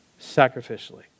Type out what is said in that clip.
sacrificially